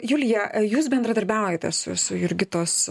julija jūs bendradarbiaujate su su jurgitos